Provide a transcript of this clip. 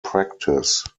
practice